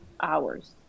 hours